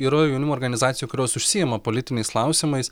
yra jaunimo organizacijų kurios užsiima politiniais klausimais